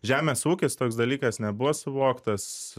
žemės ūkis toks dalykas nebuvo suvoktas